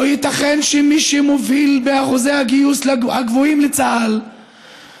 לא ייתכן שמי שמובילים באחוזי הגיוס הגבוהים לצה"ל